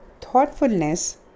thoughtfulness